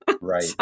Right